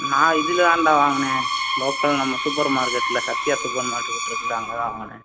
நான் இதில் தான்டா வாங்கினேன் லோக்கல் நம்ம சூப்பர் மார்க்கெடில் சத்யா சூப்பர் மார்க்கெட் இருக்குயில்ல அங்கே தான் வாங்கினேன்